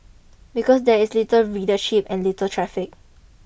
because there is little readership and little traffic